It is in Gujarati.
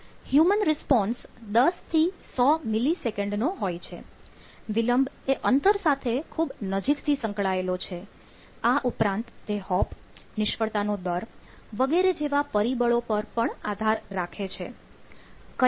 હ્યુમન રિસ્પોન્સ નિષ્ફળતાનો દર વગેરે જેવા પરિબળો પર પણ આધાર રાખે છે